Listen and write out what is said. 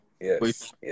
Yes